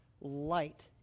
light